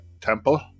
temple